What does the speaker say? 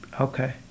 Okay